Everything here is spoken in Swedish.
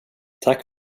tack